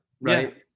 right